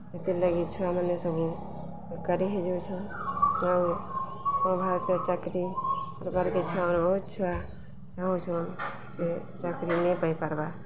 ହେତିର୍ଲାଗି ଛୁଆମାନେ ସବୁ ବେକାରି ହେଇଯାଉଛନ୍ ଆଉ ଆମ ଭାରତୀୟ ଚାକିରି କର୍ବାର୍କେ ତା ମାନେ ବହୁତ୍ ଛୁଆ ଚାହୁଁଛନ୍ ସେ ଚାକିରି ନାଇପାଇପାର୍ବାର୍